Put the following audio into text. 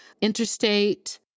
interstate